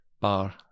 bar